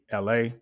LA